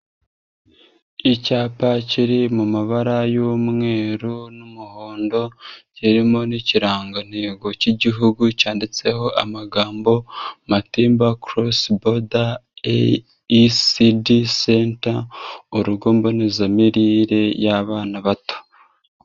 Icyapa kiri mu mabara y'umweru n'umuhondo, kirimo n'ikirangantego cy'igihugu cyanditseho amagambo, matimba korosi boda eyi isidi senta, urugo mbonezamirire y'abana bato.